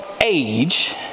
age